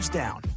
down